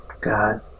God